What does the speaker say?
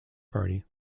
party